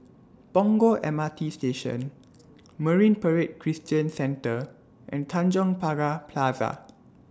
Punggol M R T Station Marine Parade Christian Centre and Tanjong Pagar Plaza